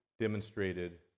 demonstrated